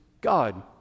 God